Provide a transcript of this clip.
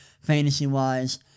fantasy-wise